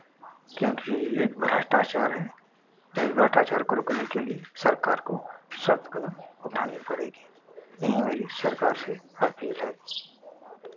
क्योंकि ये एक भ्रष्टाचार है और भ्रष्टाचार को रोकने के लिए सरकार को सख्त कदम उठानी पड़ेगी यही मेरी सरकार से अपील है